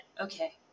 okay